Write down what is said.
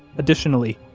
additionally,